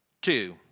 Two